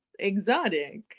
Exotic